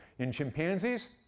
in chimpanzees,